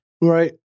Right